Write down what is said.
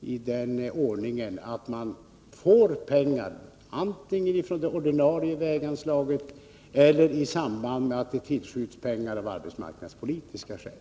sådan ordning att man får pengar antingen från det ordinarie väganslaget eller i samband med att det tillskjuts pengar av arbetsmarknadspolitiska skäl.